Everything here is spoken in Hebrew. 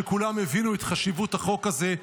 שכולם הבינו את חשיבות החוק הזה,